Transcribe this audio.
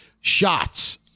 shots